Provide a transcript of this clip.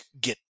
get